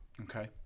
Okay